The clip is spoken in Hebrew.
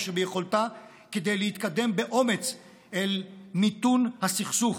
שביכולתה כדי להתקדם באומץ אל מיתון הסכסוך.